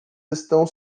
estão